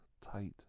tight